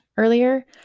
earlier